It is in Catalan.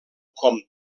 com